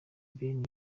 ben